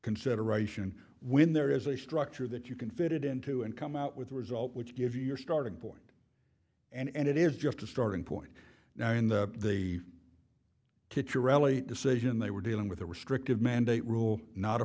consideration when there is a structure that you can fit it into and come out with a result which gives you your starting point and it is just a starting point now in the kitchen rarely decision they were dealing with a restrictive mandate rule not a